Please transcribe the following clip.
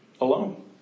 alone